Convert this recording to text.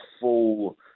full